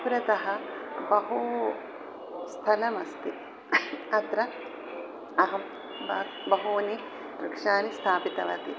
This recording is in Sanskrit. पुरतः बहु स्थलम् अस्ति अत्र अहं ब बहूनि वृक्षाणि स्थापितवती